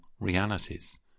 realities